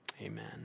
Amen